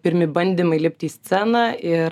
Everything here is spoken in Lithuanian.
pirmi bandymai lipt į sceną ir